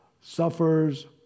suffers